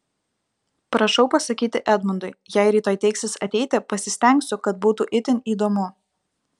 prašau pasakyti edmundui jei rytoj teiksis ateiti pasistengsiu kad būtų itin įdomu